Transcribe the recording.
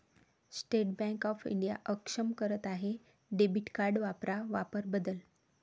state bank of India अक्षम करत आहे डेबिट कार्ड वापरा वापर बदल